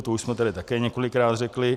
To už jsme tedy také několikrát řekli.